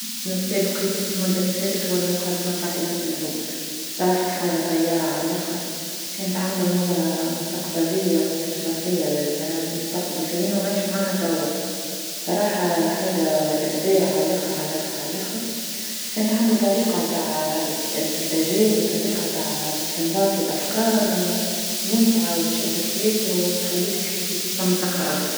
أحسن كتاب قريتو في المدة اللي فاتت هوا المقدمة متاع إبن خلدون، بصراحة حاجة طيارة على لخر كانت عندو نضرة مستقبلية وستشرافية للمستقبل كأنو عايش معنا توا، بصراحة حاجة إبداع على لخر عل لخر كانت عندو طريقة للإستنتجات وطريقة تع إستنباض للأفكار ممتعة وتشكك ياسر وتخليك تحب تزيد تقرى أكثر.